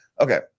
okay